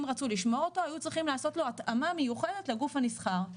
אם רצו לשמור אותו היו צריכים לעשות לו התאמה מיוחדת לגוף הנסחר.